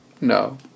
No